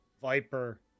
Viper